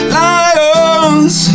lions